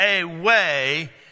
away